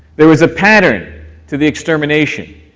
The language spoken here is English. there was a pattern to the extermination,